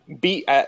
Beat